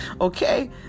Okay